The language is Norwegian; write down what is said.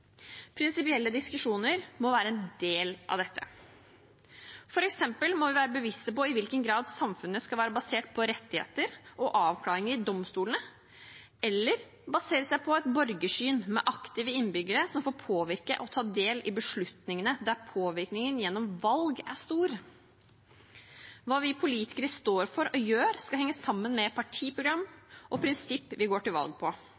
Prinsipielle diskusjoner må være en del av dette. For eksempel må vi være bevisste på i hvilken grad samfunnet skal være basert på rettigheter og avklaringer i domstolene eller på et borgersyn med aktive innbyggere som får påvirke og ta del i beslutningene der påvirkningen gjennom valg er stor. Hva vi politikere står for og gjør, skal henge sammen med partiprogram og prinsipper vi går til valg på.